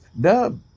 Dub